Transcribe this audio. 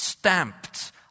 stamped